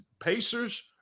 Pacers